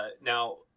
Now